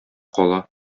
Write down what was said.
кала